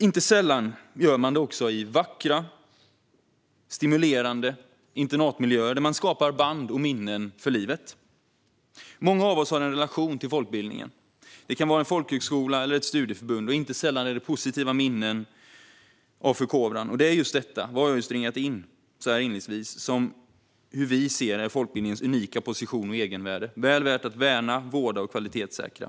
Inte sällan sker det också i vackra, stimulerande internatmiljöer, där man skapar band och minnen för livet. Många av oss har en relation till folkbildningen. Det kan vara en folkhögskola, eller ett studieförbund. Inte sällan är det positiva minnen av förkovran. Det är just detta som jag just ringat in som vi ser som folkbildningens unika position och egenvärde, väl värt att värna, vårda och kvalitetssäkra.